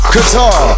Qatar